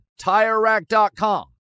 TireRack.com